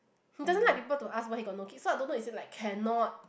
he doesn't like people to ask why he got no kids so I don't know is it like cannot